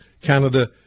Canada